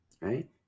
right